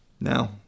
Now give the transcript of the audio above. Now